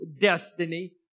destiny